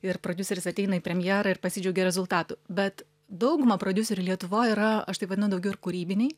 ir prodiuseris ateina į premjerą ir pasidžiaugia rezultatu bet dauguma prodiuserių lietuvoje yra aš tai vadinu daugiau ir kūrybiniai